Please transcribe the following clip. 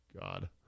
God